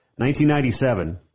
1997